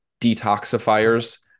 detoxifiers